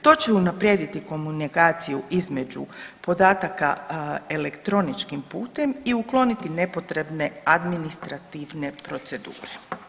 To će unaprijediti komunikaciju između podataka elektroničkim putem i ukloniti nepotrebne administrativne procedure.